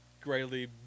greatly